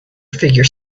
figure